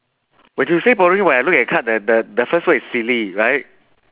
when you say boring when I look at card the the the first word is silly right